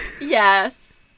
Yes